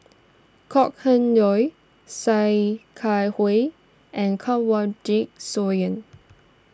Kok Heng Leun Sia Kah Hui and Kanwaljit Soin